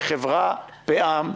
בחברה בע"מ,